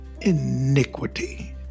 iniquity